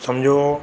सम्झो